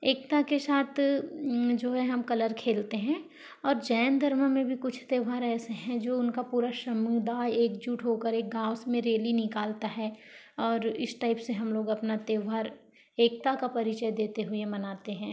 एकता के साथ जो है हम कलर खेलते हैं और जैन धर्म में भी कुछ त्यौहार ऐसे हैं जो उनका पूरा समुदाय एकजुट होकर एक गांवस में रेली निकालता है और इस टाइप से हम लोग अपना त्यौहार एकता का परिचय देते हुए मनाते हैं